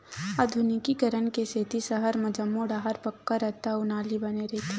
आधुनिकीकरन के सेती सहर म जम्मो डाहर पक्का रद्दा अउ नाली बने रहिथे